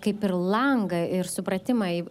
kaip ir langą ir supratimą į